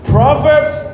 Proverbs